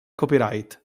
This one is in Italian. copyright